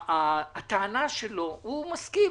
הוא מסכים.